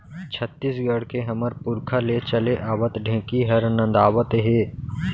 छत्तीसगढ़ के हमर पुरखा ले चले आवत ढेंकी हर नंदावत हे